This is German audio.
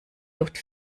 luft